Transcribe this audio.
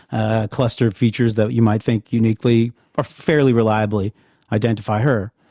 a cluster of features that you might think uniquely or fairly reliably identify her.